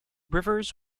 rivers